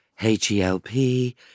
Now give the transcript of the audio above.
H-E-L-P